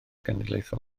genedlaethol